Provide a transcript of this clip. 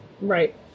Right